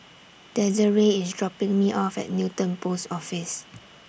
Desirae IS dropping Me off At Newton Post Office